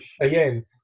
again